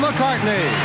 McCartney